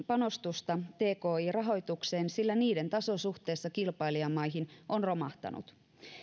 panostuksesta tki rahoitukseen sillä sen taso suhteessa kilpailijamaihin on romahtanut